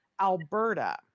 Alberta